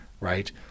Right